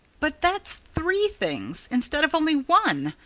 but that's three things, instead of only one,